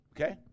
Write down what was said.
Okay